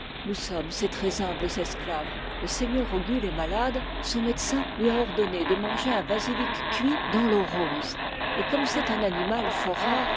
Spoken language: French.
nous sommes ses très humbles esclaves le seigneur ogul est malade son médecin lui a ordonné de manger un basilic cuit dans l'eau rose et comme c'est un animal fort rare